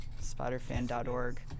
spiderfan.org